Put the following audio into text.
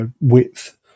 width